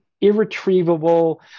irretrievable